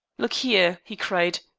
look here, he cried,